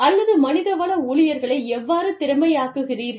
அல்லது மனிதவள ஊழியர்களை எவ்வாறு திறமையாக்குகிறீர்கள்